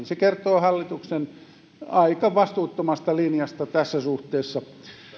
se kertoo hallituksen aika vastuuttomasta linjasta tässä suhteessa